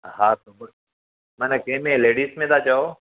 हा मना कंहिं में लेडिस में था चओ